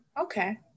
Okay